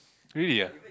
really ah